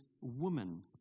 woman